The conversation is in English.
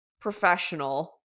professional